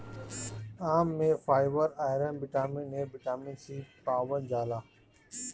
आम में fibre, iron, vitamin A, vitamin C पावल जाला